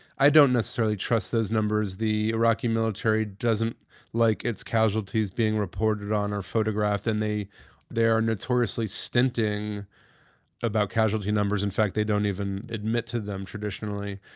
i don't necessarily trust those numbers. the iraqi military doesn't like its casualties being reported on or photographed and they they are notoriously stinting about casualty numbers, in fact, they don't even admit to them traditionally.